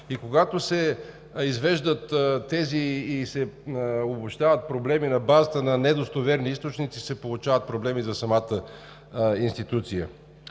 Когато се извеждат и се обобщават тези проблеми на базата на недостоверни източници, се получават проблеми за самата институция.